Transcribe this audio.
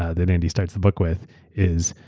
ah that andy starts the book with is,